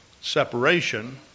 separation